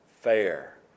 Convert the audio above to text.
fair